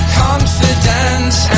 confidence